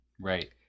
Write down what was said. Right